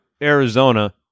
Arizona